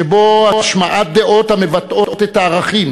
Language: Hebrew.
שבו השמעת דעות המבטאות את הערכים